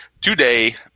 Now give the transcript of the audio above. Today